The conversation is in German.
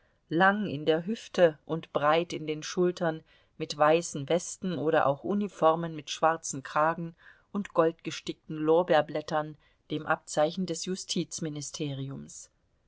lang in der hüfte und breit in den schultern mit weißen westen oder auch uniformen mit schwarzem kragen und goldgestickten lorbeerblättern dem abzeichen des justizministeriums